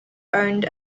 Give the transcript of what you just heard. owned